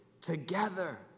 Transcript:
together